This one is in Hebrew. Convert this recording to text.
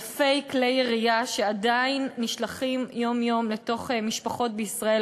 אלפי כלי ירייה שעדיין נשלחים יום-יום לתוך משפחות בישראל,